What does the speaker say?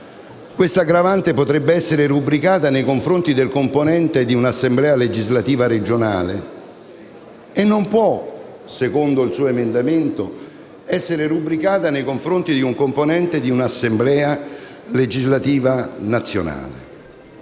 questa aggravante potrebbe essere rubricata nei confronti del componente di un'assemblea legislativa regionale e non potrebbe, secondo il suo emendamento, essere rubricata nei confronti del componente di un'Assemblea legislativa nazionale?